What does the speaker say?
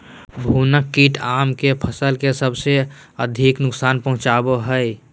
भुनगा कीट आम के फसल के सबसे अधिक नुकसान पहुंचावा हइ